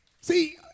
See